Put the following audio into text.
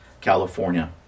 California